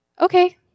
Okay